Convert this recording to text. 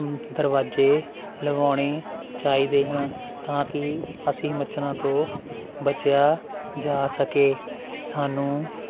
ਦਰਵਾਜ਼ੇ ਲਗਾਉਣੇ ਚਾਹੀਦੇ ਹਾ ਤਾਂ ਕਿ ਅਸੀਂ ਮੱਛਰਾਂ ਤੋਂ ਬਚਿਆ ਜਾ ਸਕੇ ਸਾਨੂੰ